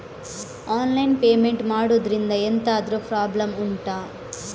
online payment ಮಾಡುದ್ರಿಂದ ಎಂತಾದ್ರೂ problem ಉಂಟಾ